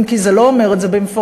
אם כי זה לא אומר את זה במפורש,